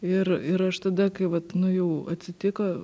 ir ir aš tada kai vat nu jau atsitiko